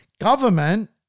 Government